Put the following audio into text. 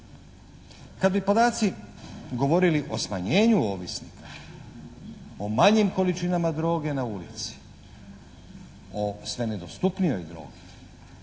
Kad bi podaci govorili o smanjenju ovisnika, o manjim količinama droge na ulici, o sve nedostupnijoj drogi